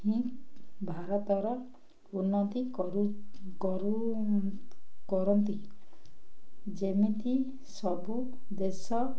ହିଁ ଭାରତର ଉନ୍ନତି କରୁ କରୁ କରନ୍ତି ଯେମିତି ସବୁ ଦେଶ